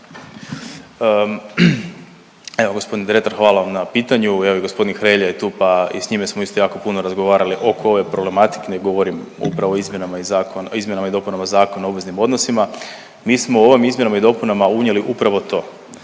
Evo, g. Dretar, hvala vam na pitanju. Evo i g. Hrelja je tu pa, i s njime smo isto jako puno razgovarali oko ove problematike, ne govorim upravo o izmjenama .../nerazumljivo/... izmjenama i dopunama ZOO-a. Mi smo ovih izmjenama i dopunama unijeli upravo to.